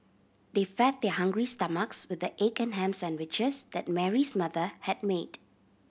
they fed their hungry stomachs with the egg and ham sandwiches that Mary's mother had made